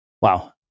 Wow